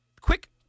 quick